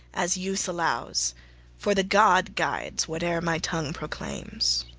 as use allows for the god guides whate'er my tongue proclaims.